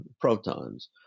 protons